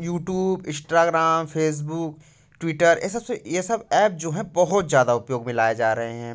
YouTube Instagram Facebook Twitter ये सबसे ये सब ऐप जो हैं बहुत ज़्यादा उपयोग में लाए जा रहे हैं